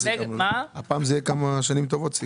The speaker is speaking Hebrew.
ויש שלטון נגד -- הפעם זה יהיה כמה שנים טובות.